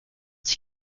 sich